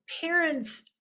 parents